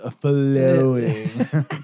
flowing